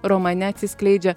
romane atsiskleidžia